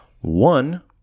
one